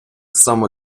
само